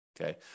okay